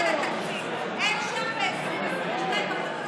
אנחנו נקציב רק למשרד הבריאות בבסיס התקציב 2 מיליארד שקל,